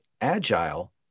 agile